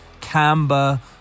camber